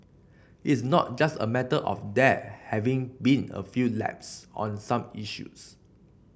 it's not just a matter of there having been a few lapses on some issues